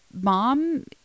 mom